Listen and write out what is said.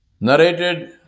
Narrated